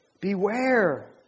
Beware